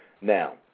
Now